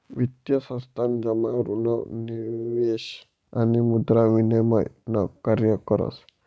वित्तीय संस्थान जमा ऋण निवेश आणि मुद्रा विनिमय न कार्य करस